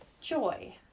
joy